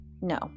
no